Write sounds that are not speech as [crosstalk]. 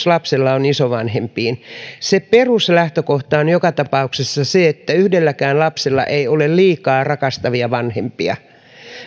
[unintelligible] lapsella on isovanhempiin se peruslähtökohta on joka tapauksessa se että yhdelläkään lapsella ei ole liikaa rakastavia vanhempia